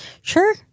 Sure